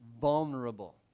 vulnerable